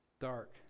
dark